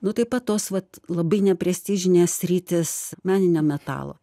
nu tai pat tos vat labai neprestižinės sritys meninio metalo